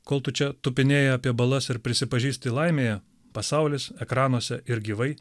kol tu čia tupinėji apie balas ir prisipažįsti laimėje pasaulis ekranuose ir gyvai